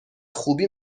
خوبی